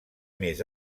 més